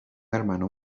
hermano